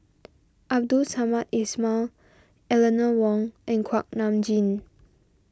Abdul Samad Ismail Eleanor Wong and Kuak Nam Jin